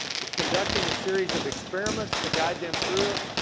we're conducting a series of experiments to guide them through it.